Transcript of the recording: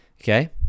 Okay